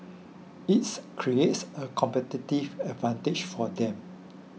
it's creates a competitive advantage for them